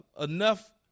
enough